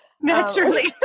Naturally